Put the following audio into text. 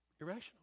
Irrational